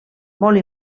molt